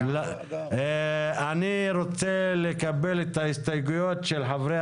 אני רוצה לקבל את ההסתייגויות של חברי